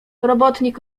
robotnik